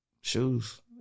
shoes